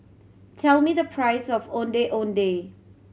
tell me the price of Ondeh Ondeh